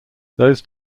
those